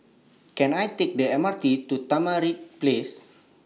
Can I Take The M R T to Tamarind Place